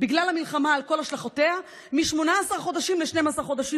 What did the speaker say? בגלל המלחמה על כל השלכותיה מ-18 חודשים ל-12 חודשים.